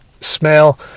smell